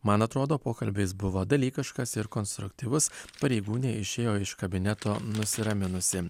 man atrodo pokalbis buvo dalykiškas ir konstruktyvus pareigūnė išėjo iš kabineto nusiraminusi